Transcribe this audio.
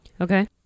Okay